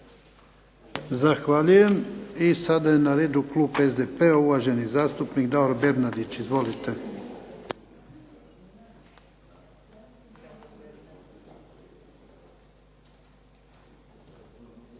Zahvaljujem. I sada je na redu klub SDP-a uvaženi zastupnik Davor Bernardić. Izvolite.